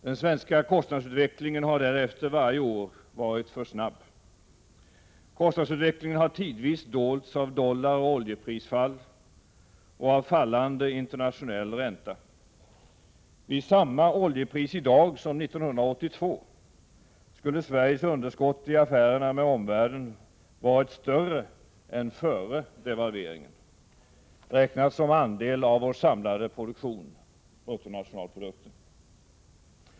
Den svenska kostnadsutvecklingen har därefter varje år varit för snabb: Kostnadsutvecklingen har tidvis dolts av dollaroch oljeprisfall och av fallande internationell ränta. Vid samma oljepris i dag som 1982 skulle Sveriges underskott i affärerna med omvärlden varit större än före devalveringen, räknat som andel av vår samlade produktion — bruttonationalprodukten.